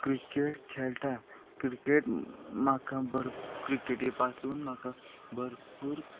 cricket खेळटा cricket म्हाका भरपूर क्रिकेटी पासून म्हाका भरपूर